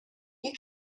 you